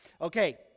Okay